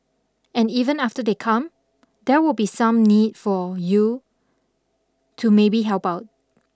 and even after they come there will be some need for you to maybe help out